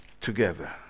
together